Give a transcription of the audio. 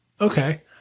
Okay